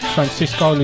Francisco